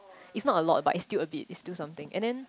is not a lot but is still a bit is still something and then